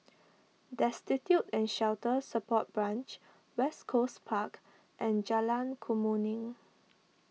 Destitute and Shelter Support Branch West Coast Park and Jalan Kemuning